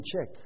check